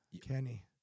Kenny